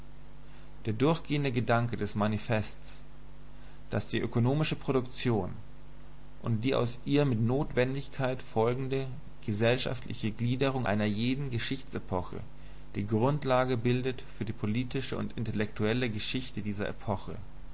der durchgehende grundgedanke des manifestes daß die ökonomische produktion und die aus ihr mit notwendigkeit folgende gesellschaftliche gliederung einer jeden geschichtsepoche die grundlage bildet für die politische und intellektuelle geschichte dieser epoche